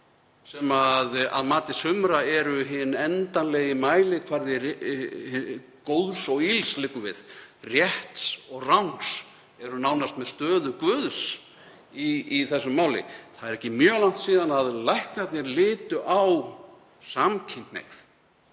sem að mati sumra eru hinn endanlegi mælikvarði góðs og ills, liggur við, rétt og rangs, eru nánast með stöðu guðs í þessu máli, það er ekki mjög langt síðan að læknarnir litu á samkynhneigð